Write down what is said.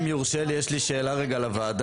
אם יורשה לי, יש לי שאלה רגע לוועדה.